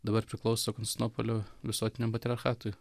dabar priklauso konstantinopolio visuotiniam patriarchatui